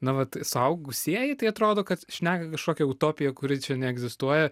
na vat suaugusieji tai atrodo kad šneka kažkokią utopiją kuri čia neegzistuoja